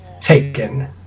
Taken